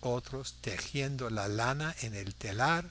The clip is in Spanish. otros tejiendo la lana en el telar